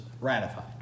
ratified